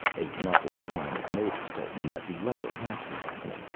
a muffled whine of motors told him that the lower hatch was opening,